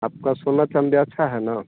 आपका सोना चाँदी अच्छा है न